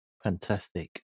Fantastic